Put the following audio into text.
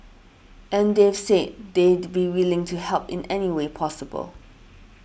and they've said they'd be willing to help in any way possible